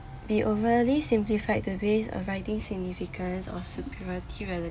be overly simplified the base of writing significance or superiority relative